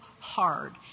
hard